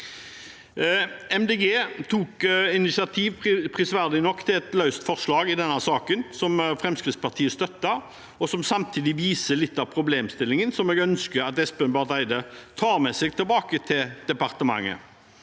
nok initiativ til et løst forslag i denne saken, som Fremskrittspartiet støtter, og som samtidig viser litt av problemstillingen jeg ønsker at Espen Barth Eide tar med seg tilbake til departementet.